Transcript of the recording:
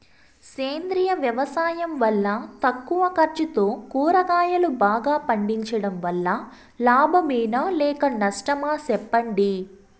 సేంద్రియ వ్యవసాయం వల్ల తక్కువ ఖర్చుతో కూరగాయలు బాగా పండించడం వల్ల లాభమేనా లేక నష్టమా సెప్పండి